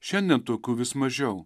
šiandien tokių vis mažiau